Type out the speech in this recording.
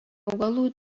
augalų